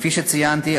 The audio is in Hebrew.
כפי שציינתי,